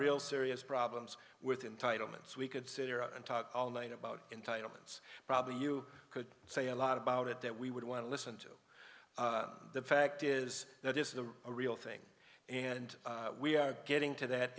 real serious problems with entitle mintz we could sit here and talk all night about entitlements probably you could say a lot about it that we would want to listen to the fact is that is the real thing and we are getting to that